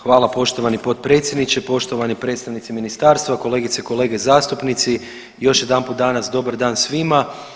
Hvala poštovani potpredsjedniče, poštovani predstavnici ministarstva, kolegice i kolege zastupnici, još jedanput danas dobar dan svima.